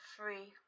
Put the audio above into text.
free